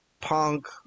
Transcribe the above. punk